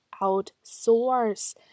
outsource